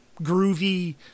groovy